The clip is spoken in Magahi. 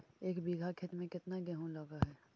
एक बिघा खेत में केतना गेहूं लग है?